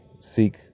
seek